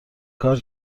کار